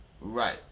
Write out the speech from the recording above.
Right